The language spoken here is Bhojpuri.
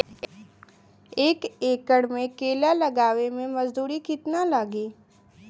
एक एकड़ में केला लगावे में मजदूरी कितना लागी?